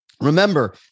remember